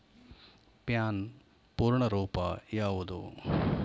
PAN ಪೂರ್ಣ ರೂಪ ಯಾವುದು?